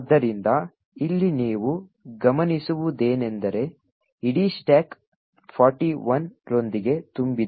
ಆದ್ದರಿಂದ ಇಲ್ಲಿ ನೀವು ಗಮನಿಸುವುದೇನೆಂದರೆ ಇಡೀ ಸ್ಟಾಕ್ 41 ರೊಂದಿಗೆ ತುಂಬಿದೆ